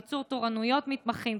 קיצור תורנויות מתמחים,